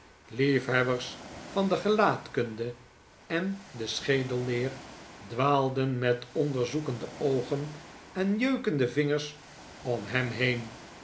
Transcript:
liefhebbers van de gelaatkunde en schedelleer dwaalden met onderzoekende oogen en jeukende vingers om hem heen